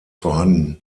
vorhanden